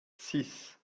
six